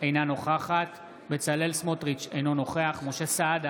אינה נוכחת בצלאל סמוטריץ' אינו נוכח משה סעדה,